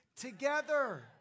Together